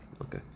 Okay